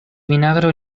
vinagro